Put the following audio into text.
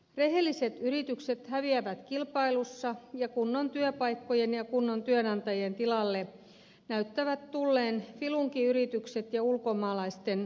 rehelliset yritykset häviävät kilpailussa ja kunnon työpaikkojen ja kunnon työnantajien tilalle näyttävät tulleen filunkiyritykset ja ulkomaalaisten halpatyöntekijöiden markkinat